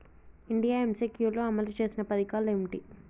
India MCQ లో అమలు చేసిన పథకాలు ఏమిటి?